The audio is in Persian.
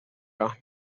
راه